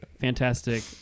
Fantastic